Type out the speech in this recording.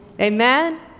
Amen